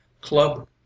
Club